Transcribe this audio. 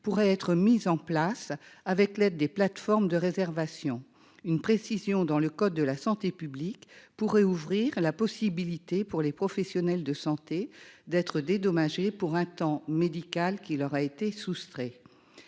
Pourrait être en place avec l'aide des plateformes de réservation. Une précision dans le code de la santé publique pourrait ouvrir la possibilité pour les professionnels de santé d'être dédommagés pour un temps médical qui leur a été soustrait.